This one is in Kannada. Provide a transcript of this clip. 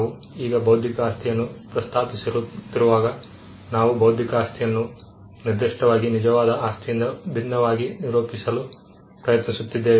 ನಾವು ಈಗ ಬೌದ್ಧಿಕ ಆಸ್ತಿಯನ್ನು ಪ್ರಸ್ತಾಪಿಸುತ್ತಿರುವಾಗ ನಾವು ಬೌದ್ಧಿಕ ಆಸ್ತಿಯನ್ನು ನಿರ್ದಿಷ್ಟವಾಗಿ ನಿಜವಾದ ಆಸ್ತಿಯಿಂದ ಭಿನ್ನವಾಗಿ ನಿರೂಪಿಸಲು ಪ್ರಯತ್ನಿಸುತ್ತಿದ್ದೇವೆ